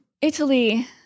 Italy